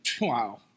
Wow